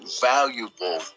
valuable